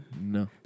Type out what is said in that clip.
No